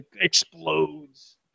explodes